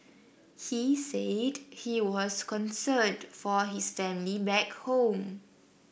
he said he was concerned for his family back home